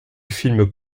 film